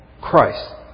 Christ